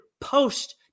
post-